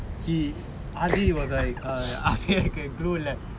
he actually was like ask here you can blue laboratory